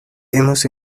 hemos